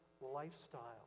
lifestyle